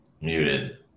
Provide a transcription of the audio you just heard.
Muted